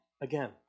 again